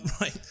right